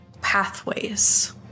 pathways